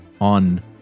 on